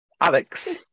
Alex